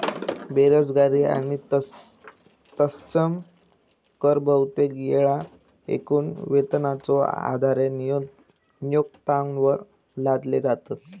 बेरोजगारी आणि तत्सम कर बहुतेक येळा एकूण वेतनाच्यो आधारे नियोक्त्यांवर लादले जातत